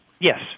Yes